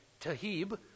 Tahib